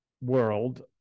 world